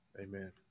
Amen